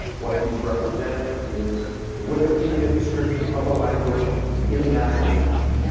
what these represent is the wikipedia description of a language in that language.